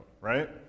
right